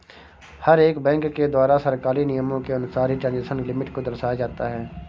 हर एक बैंक के द्वारा सरकारी नियमों के अनुसार ही ट्रांजेक्शन लिमिट को दर्शाया जाता है